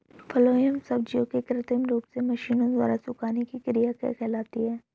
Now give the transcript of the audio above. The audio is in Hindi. फलों एवं सब्जियों के कृत्रिम रूप से मशीनों द्वारा सुखाने की क्रिया क्या कहलाती है?